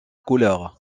couleur